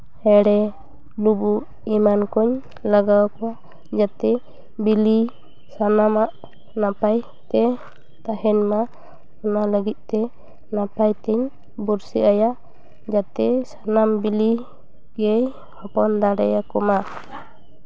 ᱦᱮᱬᱮ ᱞᱩᱵᱩᱜ ᱮᱢᱟᱱ ᱠᱚ ᱞᱟᱜᱟᱣ ᱟᱠᱚᱣᱟ ᱡᱟᱛᱮ ᱵᱤᱞᱤ ᱥᱟᱱᱟᱢᱟᱜ ᱱᱟᱯᱟᱭ ᱛᱮ ᱛᱟᱦᱮᱱ ᱢᱟ ᱚᱱᱟ ᱞᱟᱹᱜᱤᱫ ᱛᱮ ᱱᱟᱯᱟᱭ ᱛᱤᱧ ᱵᱩᱨᱥᱤ ᱟᱭᱟ ᱡᱟᱛᱮ ᱥᱟᱱᱟᱢ ᱵᱤᱞᱤ ᱜᱮ ᱦᱚᱯᱚᱱ ᱫᱟᱲᱮᱠᱚᱢᱟ